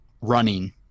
running